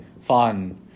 fun